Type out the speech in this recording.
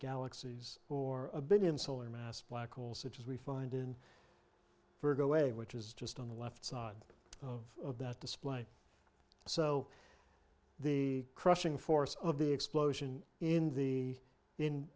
galaxies or a billion solar mass black hole such as we find in virgo way which is just on the left side of that display so the crushing force of the explosion in the in